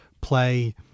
play